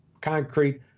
concrete